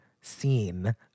scene